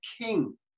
king